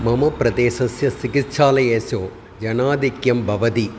मम प्रदेशस्य चिकित्सालयेषु जनाधिक्यं भवति